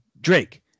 Drake